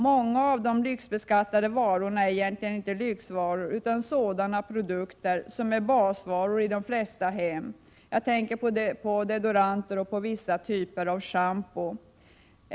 Många av de lyxbeskattade varorna är egentligen inte lyxvaror utan sådana produkter som är basvaror i de flesta hem. Jag tänker på deodorant och vissa typer av shampo.